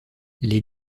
les